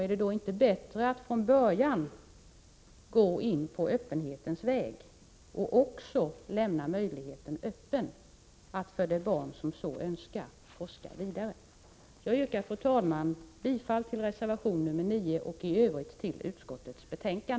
Är det inte bättre att från början gå in på öppenhetens väg och lämna möjligheten öppen för det barn som så önskar att forska vidare? Jag yrkar, fru talman, bifall till reservation nr 9 och i övrigt till utskottets hemställan.